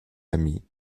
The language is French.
ami